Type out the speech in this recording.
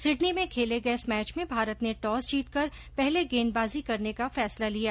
Sydney में खेले गये इस मैच में भारत ने टॉस जीतकर पहले गेंदबाजी करने का फैसला लिया